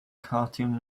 cartoon